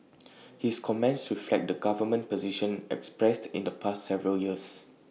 his comments reflect the government position expressed in the past several years